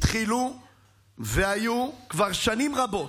הם היו כבר שנים רבות.